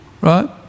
right